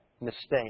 mistake